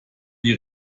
die